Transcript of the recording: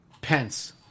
Pence